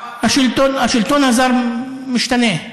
השלטון הזר משתנה.